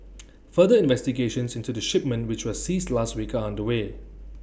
further investigations into the shipment which was seized last week are underway